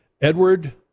Edward